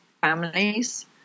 families